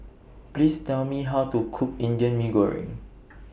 Please Tell Me How to Cook Indian Mee Goreng